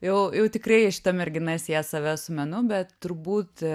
jau jau tikrai šita mergina sieja save su menu bet turbūt